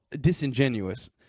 disingenuous